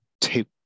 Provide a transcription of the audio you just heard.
tape